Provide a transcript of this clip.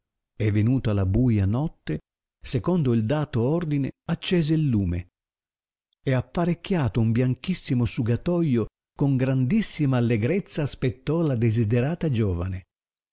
e venutala buia notte secondo il dato ordine accese il lume e apparecchiato un bianchissimo sugatolo con grandissima allegrezza aspettò la desiderata giovane